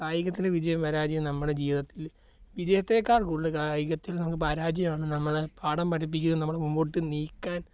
കായികത്തിനു വിജയവും പരാജയവും നമ്മുടെ ജീവിതത്തിൽ വിജയത്തേക്കാൾ കൂടുതൽ കായികത്തിൽ നമുക്ക് പരാജയമാണ് നമ്മളെ പാഠം പഠിപ്പിക്കുന്നത് നമ്മളെ മുൻപോട്ടു നീക്കാൻ